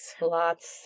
Lots